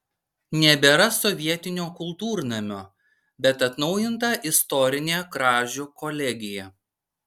nebėra sovietinio kultūrnamio bet atnaujinta istorinė kražių kolegija